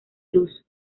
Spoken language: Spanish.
luz